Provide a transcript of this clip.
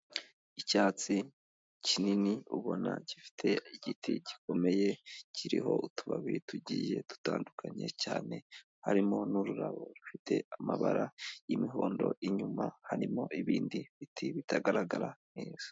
Icyatsi kinini, ubona gifite igiti gikomeye, kiriho utubabi tugiye dutandukanye cyane, harimo n'ururabo rufite amabara y'imihondo, inyuma harimo ibindi biti bitagaragara neza.